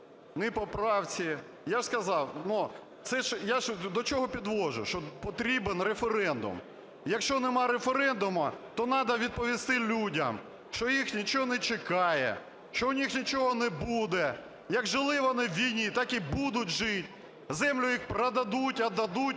поправці.. Я ж до чого підводжу, що потрібен референдум. Якщо немає референдуму, то надо відповісти людям, що їх нічого не чекає, що в них нічого не буде, як жили вони в війні, так і будуть жити, землю їх продадуть, віддадуть